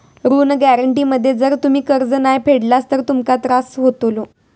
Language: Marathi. ऋण गॅरेंटी मध्ये जर तुम्ही कर्ज नाय फेडलास तर तुमका त्रास होतलो